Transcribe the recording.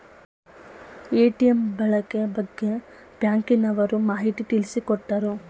ATM ಬಳಕೆ ಬಗ್ಗೆ ಬ್ಯಾಂಕಿನವರು ಮಾಹಿತಿ ತಿಳಿಸಿಕೊಟ್ಟರು